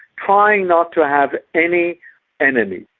trying not to have any enemy.